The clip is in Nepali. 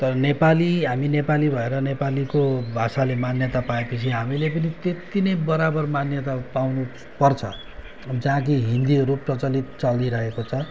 तर नेपाली हामी नेपाली भएर नेपालीको भाषाले मान्यता पाएपछि हामीले पनि त्यत्ति नै बराबर मान्यता पाउनुपर्छ जहाँ कि हिन्दीहरू प्रचलित चलिरहेको छ